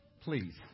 please